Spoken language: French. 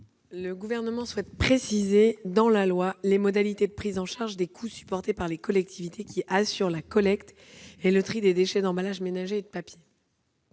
Le Gouvernement souhaite préciser dans la loi les modalités de prise en charge des coûts supportés par les collectivités, qui assurent la collecte et le tri des déchets d'emballages ménagers papier.